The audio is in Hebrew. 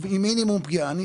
עם מינימום פגיעה.